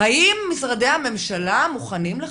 האם משרדי הממשלה מוכנים לכך?